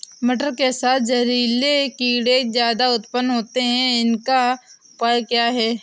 मटर के साथ जहरीले कीड़े ज्यादा उत्पन्न होते हैं इनका उपाय क्या है?